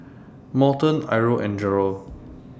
Morton Irl and Jerald